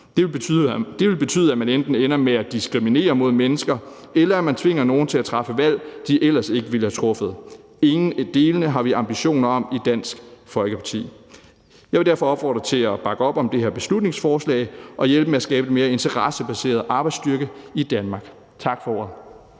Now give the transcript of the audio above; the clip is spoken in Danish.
det vil betyde, at man enten ender med at diskriminere mod mennesker, eller at man tvinger nogen til at træffe et valg, de ellers ikke ville have truffet. Ingen af delene har vi ambitioner om i Dansk Folkeparti. Jeg vil derfor opfordre til at bakke op om det her beslutningsforslag og hjælpe med at skabe en mere interessebaseret arbejdsstyrke i Danmark. Tak for ordet.